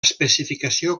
especificació